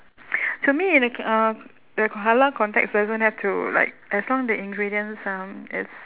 to me in a uh the halal context doesn't have to like as long the ingredients um it's